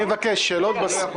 אני מבקש, שאלות בסוף.